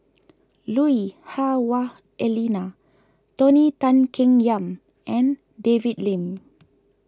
Lui Hah Wah Elena Tony Tan Keng Yam and David Lim